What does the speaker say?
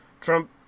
Trump, –